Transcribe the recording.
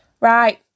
Right